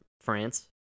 France